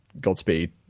Godspeed